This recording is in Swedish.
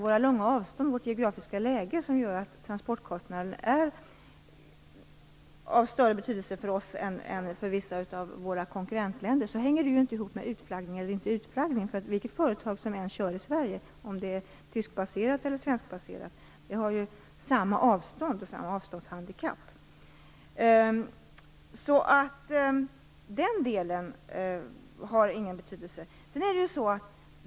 Våra långa avstånd och vårt geografiska läge, som gör att transportkostnaderna är av större betydelse för oss än för vissa av våra konkurrentländer, hänger ju inte ihop med frågan om utflaggning eller inte utflaggning. Vilket företag som än kör i Sverige - Tysklandsbaserat eller Sverigebaserat - har ju samma avstånd och samma avståndshandikapp. Den delen har alltså ingen betydelse.